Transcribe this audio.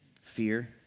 Fear